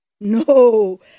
No